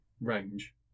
range